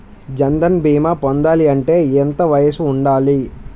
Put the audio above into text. జన్ధన్ భీమా పొందాలి అంటే ఎంత వయసు ఉండాలి?